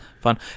fun